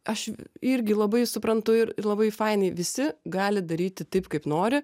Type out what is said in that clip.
aš irgi labai suprantu ir labai fainiai visi gali daryti taip kaip nori